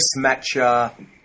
mismatcher